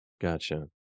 gotcha